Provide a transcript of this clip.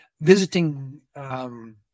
visiting